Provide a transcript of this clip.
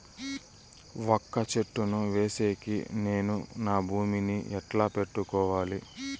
వక్క చెట్టును వేసేకి నేను నా భూమి ని ఎట్లా పెట్టుకోవాలి?